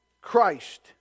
Christ